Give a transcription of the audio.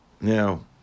Now